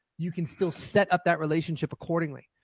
you can still set up that relationship accordingly,